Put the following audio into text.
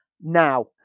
Now